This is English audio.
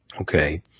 Okay